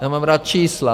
Já mám rád čísla.